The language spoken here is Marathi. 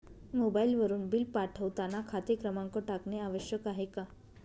मोबाईलवरून बिल पाठवताना खाते क्रमांक टाकणे आवश्यक आहे का?